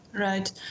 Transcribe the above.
Right